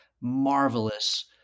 marvelous